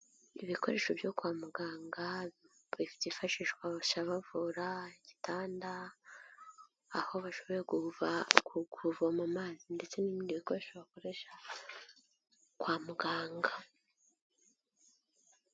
Ibikoresho byo kwa muganga byifashishwa bavura igitanda, aho bashoboye kuva kuvoma amazi ndetse n'ibindi bikoresho bakoresha kwa muganga.